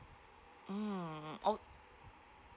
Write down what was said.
mm ok